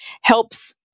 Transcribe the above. helps